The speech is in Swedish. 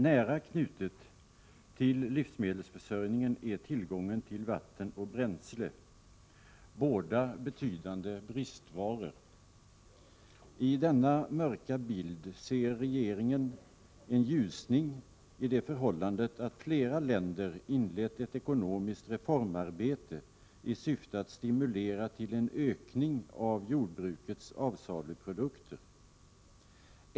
Nära knuten till livsmedelsförsörjningen är tillgången till vatten och bränsle. Båda är betydande bristvaror. I denna mörka bild ser regeringen en ljusning i det förhållandet att flera länder inlett ett ekonomiskt reformarbete i syfte att stimulera till en ökning av jordbrukets avsaluprodukter.